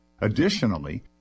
Additionally